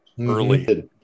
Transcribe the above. early